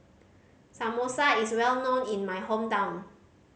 samosa is well known in my hometown